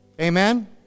Amen